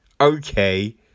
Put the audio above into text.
Okay